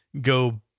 go